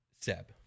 Seb